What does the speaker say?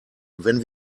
wenn